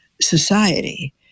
society